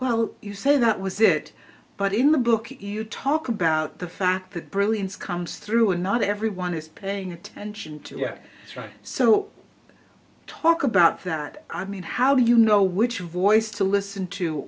well you say that was it but in the book either talk about the fact that brilliance comes through or not everyone is paying attention to yeah right so talk about that i mean how do you know which voice to listen to